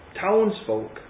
townsfolk